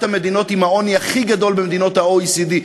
המדינות עם העוני הכי גדול במדינות ה-OECD.